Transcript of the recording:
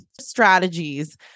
strategies